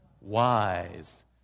Wise